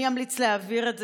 אני אמליץ להעביר את זה,